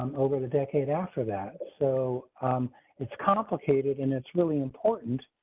um over the decade after that so it's complicated and it's really important,